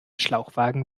schlauchwagen